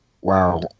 wow